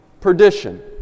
perdition